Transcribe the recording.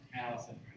Allison